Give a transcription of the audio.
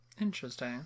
Interesting